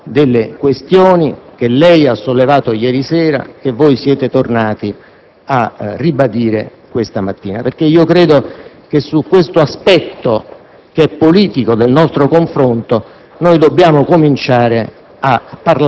intervenire anche sul significato politico delle questioni che lei ha sollevato ieri sera e che siete tornati a ribadire questa mattina, perché credo che su questo aspetto,